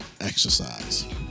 exercise